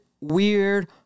weird